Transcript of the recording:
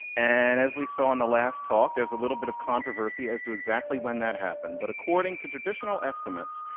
and as we saw in the last talk, there's a little bit of controversy as to exactly when that happened, but according to traditional estimates,